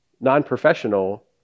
non-professional